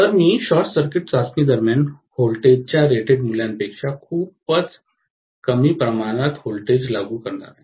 तर मी short circuit चाचणी दरम्यान व्होल्टेजच्या रेटेड मूल्यापेक्षा खूपच कमी प्रमाणात व्होल्टेज लागू करणार आहे